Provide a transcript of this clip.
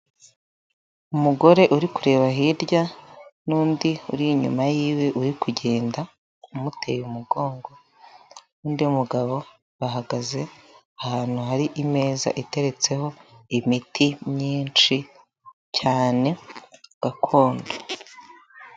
Umugore uri kureba hirya, n'undi uri inyuma y'iwe uri kugenda, umuteye umugongo, n'undi mugabo bahagaze ahantu hari imeza iteretseho imiti myinshi cyane gakondo.